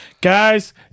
Guys